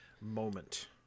moment